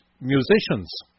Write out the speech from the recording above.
musicians